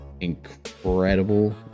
incredible